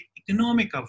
economic